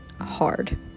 hard